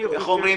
איך אומרים,